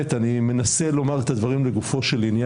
תפסיקו לקרוע את העם בחקיקה שאתם רואים ששורפת פה מדינה שלמה.